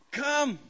come